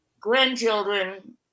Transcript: grandchildren